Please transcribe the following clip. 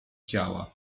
ciała